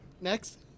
Next